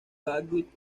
chadwick